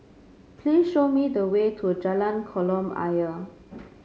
please show me the way to Jalan Kolam Ayer